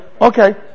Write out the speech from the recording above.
Okay